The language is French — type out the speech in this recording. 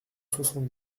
soixante